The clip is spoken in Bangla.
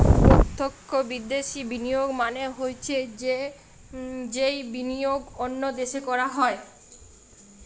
প্রত্যক্ষ বিদ্যাশি বিনিয়োগ মানে হৈছে যেই বিনিয়োগ অন্য দেশে করা হয়